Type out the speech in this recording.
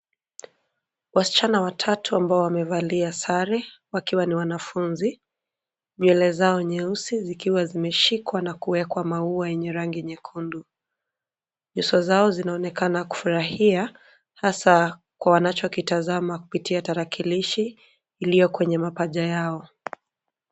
Wasichana watatu ambao wamevalia sare wakiwa ni wanafunzi. Nywele zao nyeusi zikiwa zimeshikwa na kuwekwa maua yenye rangi nyekundu. Nyuso zao zinaonekana kufurahia hasaa kwa wanacho kitazama kupitia tarakilishi iliyo kwenye mapaja yao.